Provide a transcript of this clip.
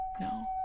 No